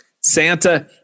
Santa